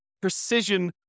precision